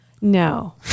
No